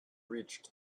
reached